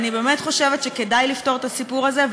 אני באמת חושבת שכדאי לפתור את הסיפור הזה.